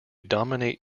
dominate